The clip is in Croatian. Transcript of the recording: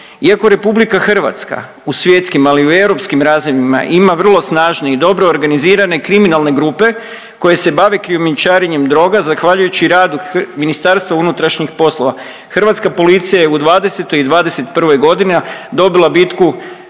Iako Republika Hrvatska u svjetskim, ali i u europskim razmjerima ima vrlo snažne i dobro organizirane kriminalne grupe koje se bave krijumčarenjem droga zahvaljujući radu Ministarstvu unutrašnjih poslova Hrvatska policija je u 2020. i 2021. godini dobila bitku